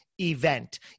event